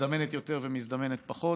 מזדמנת יותר ומזדמנת פחות.